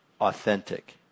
authentic